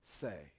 say